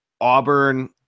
Auburn